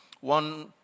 one